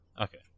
okay